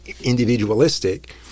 individualistic